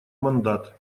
мандат